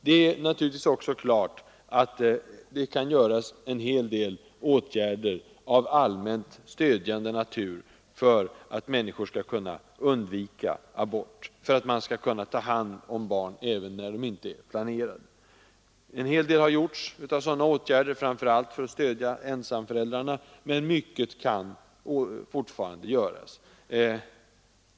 Det är också klart att det kan vidtas en hel del åtgärder av allmänt stödjande natur för att människor skall kunna undvika abort och ges möjlighet att ta hand om barn även när de inte är planerade. Sådana åtgärder har också i stor utsträckning vidtagits, framför allt för att stödja de ensamma föräldrarna. Men mycket kan fortfarande göras.